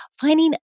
finding